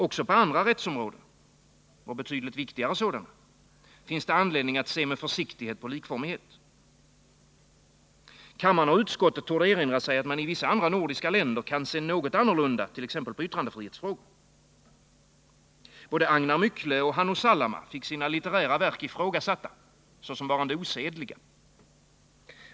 Också på andra rättsområden — och betydligt viktigare sådana — finns det anledning att se med försiktighet på likformighet. Kammaren och utskottet torde erinra sig att man i vissa andra nordiska länder kan se något annorlunda t.ex. på yttrandefrihetsfrågor. Både Agnar Mykle och Hannu Salama fick sina litterära verk ifrågasatta såsom varande osedliga.